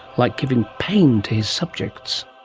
like giving pain to his subjects.